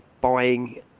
buying